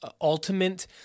ultimate